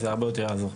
זה הרבה יותר יעזור.